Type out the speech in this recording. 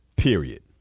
Period